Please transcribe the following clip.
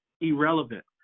irrelevant